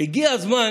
הגיע הזמן